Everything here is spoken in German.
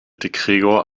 gregor